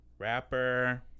Rapper